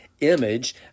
image